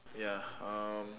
ya um